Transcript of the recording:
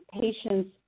patients